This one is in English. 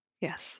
Yes